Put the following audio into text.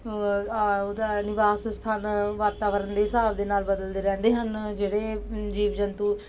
ਉਹਦਾ ਨਿਵਾਸ ਸਥਾਨ ਵਾਤਾਵਰਨ ਦੇ ਹਿਸਾਬ ਦੇ ਨਾਲ ਬਦਲਦੇ ਰਹਿੰਦੇ ਹਨ ਜਿਹੜੇ ਜੀਵ ਜੰਤੂ